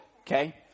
okay